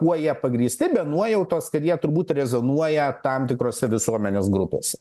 kuo jie pagrįsti be nuojautos kad jie turbūt rezonuoja tam tikrose visuomenės grupėse